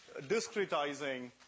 discretizing